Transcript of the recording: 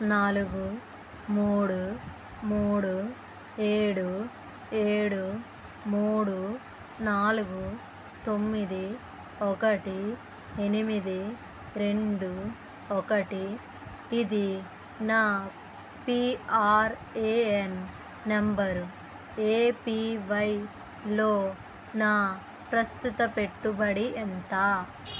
నాలుగు మూడు మూడు ఏడు ఏడు మూడు నాలుగు తొమ్మిది ఒకటి ఎనిమిది రెండు ఒకటి ఇది నా పీఆర్ఏఎన్ నంబరు ఏపివైలో నా ప్రస్తుత పెట్టుబడి ఎంత